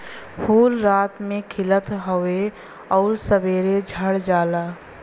फूल रात में खिलत हउवे आउर सबेरे झड़ जाला